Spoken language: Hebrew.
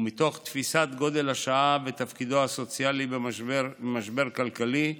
ומתוך תפיסת גודל השעה ותפקידו הסוציאלי במשבר כלכלי,